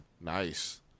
Nice